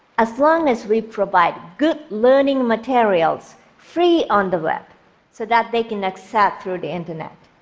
as long as we provide good learning materials free on the web so that they can access through the internet.